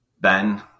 Ben